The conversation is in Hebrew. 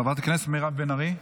חברת הכנסת מירב בן ארי.